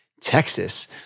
Texas